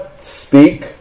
speak